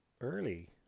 early